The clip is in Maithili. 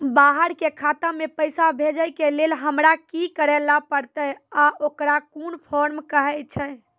बाहर के खाता मे पैसा भेजै के लेल हमरा की करै ला परतै आ ओकरा कुन फॉर्म कहैय छै?